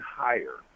higher